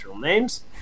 names